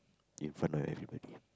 in front of everybody